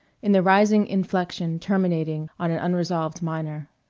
in the rising inflection terminating on an unresolved minor.